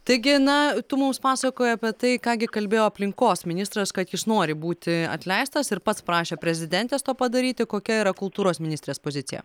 taigi na tu mums pasakojai apie tai ką gi kalbėjo aplinkos ministras kad jis nori būti atleistas ir pats prašė prezidentės to padaryti kokia yra kultūros ministrės pozicija